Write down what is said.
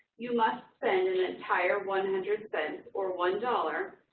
you must spend an entire one hundred cents, or one dollar,